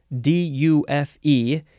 d-u-f-e